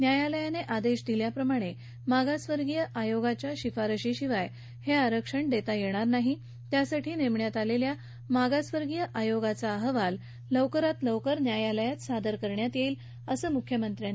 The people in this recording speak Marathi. न्यायालयाने आदेश दिल्याप्रमाणे मागासवर्गीय आयोगाच्या शिफारसीशिवाय हे आरक्षण देता येणार नाही यासाठी नेमण्यात आलेल्या मागासवर्गीय आयोगाचा अहवाल लवकरात लवकर न्यायालयात सादर करण्यात येईल असं मुख्यमंत्र्यांनी सांगितलं